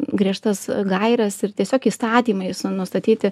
griežtas gaires ir tiesiog įstatymais nustatyti